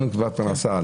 לנו נגזלה הפרנסה,